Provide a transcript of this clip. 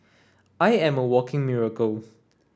I am a walking miracle